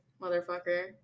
motherfucker